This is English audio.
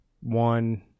one